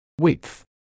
width